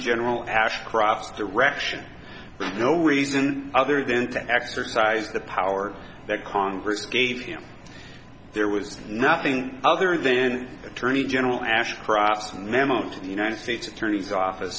general ashcroft's direction no reason other than to exercise the power that congress gave him there was nothing other then attorney general ashcroft's memo to the united states attorney's office